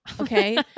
Okay